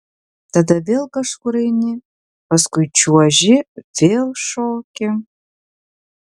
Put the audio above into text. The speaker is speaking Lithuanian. tada vėl kažkur eini paskui čiuoži vėl šoki